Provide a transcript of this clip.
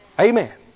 Amen